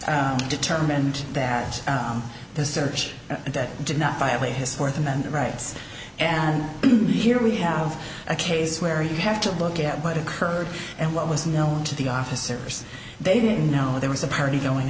determined that the search and that did not violate his fourth amendment rights and here we have a case where there you have to look at what occurred and what was known to the officers they didn't know there was a party going